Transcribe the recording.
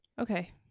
okay